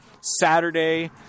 Saturday